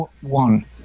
one